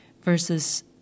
versus